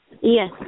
Yes